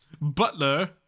Butler